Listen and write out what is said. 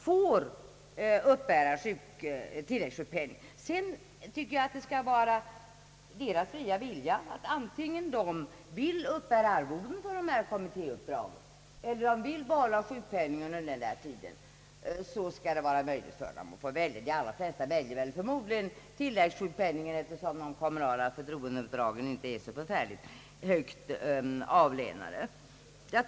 Vidare tycker jag att det skall stå dem fritt att antingen uppbära arvoden för kommittéuppdragen eller behålla sjukpenningen. De flesta väljer förmodligen att behålla tilläggssjukpenningen, eftersom de kommunala = förtroendeuppdragen inte är så förfärligt högt avlönade.